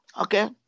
Okay